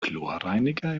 chlorreiniger